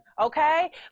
Okay